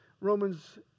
Romans